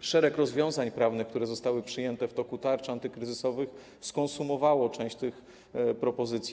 szereg rozwiązań prawnych, które zostały przyjęte w toku tarczy antykryzysowych, skonsumowało część tych propozycji.